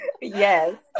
Yes